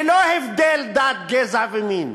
ללא הבדל דת, גזע ומין,